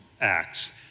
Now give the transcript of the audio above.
Acts